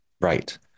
Right